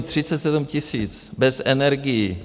Třicet sedm tisíc bez energií.